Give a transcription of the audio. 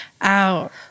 Out